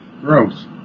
Gross